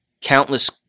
countless